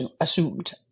assumed